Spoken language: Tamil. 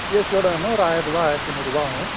ஏசியோடு வேணும்னா ஒரு ஆயிர்ரூவா ஆயிரத்தி நூறுபா ஆகும்